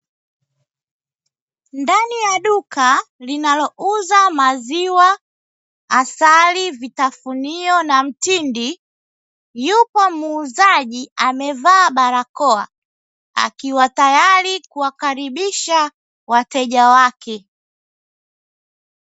Ndani ya duka linalouza maziwa, asali, vitafunio na mtindi. Yupo muuzaji amevaa barakoa akiwa tayari kuwakaribisha wateja wake.